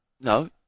No